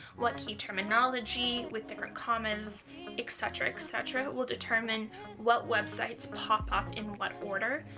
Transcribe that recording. what key terminology, with different commons etc etc will determine what websites pop up in what order.